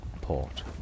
port